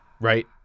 Right